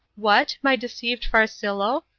what, my deceived farcillo,